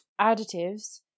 additives